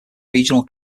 regional